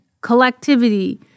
collectivity